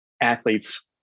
athletes